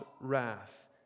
wrath